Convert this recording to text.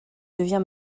devient